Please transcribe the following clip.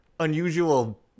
unusual